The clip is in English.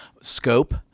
scope